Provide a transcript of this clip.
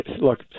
look